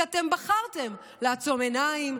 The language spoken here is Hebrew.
כי אתם בחרתם לעצום עיניים,